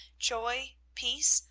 joy, peace,